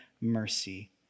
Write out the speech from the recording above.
mercy